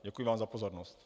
Děkuji vám za pozornost.